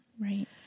Right